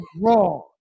wrong